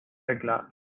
verglast